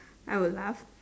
I will laugh